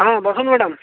ହଁ ବସନ୍ତୁ ମ୍ୟାଡ଼ାମ